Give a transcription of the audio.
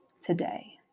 today